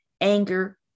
anger